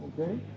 Okay